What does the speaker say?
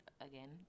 again